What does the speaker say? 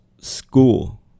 school